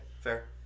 fair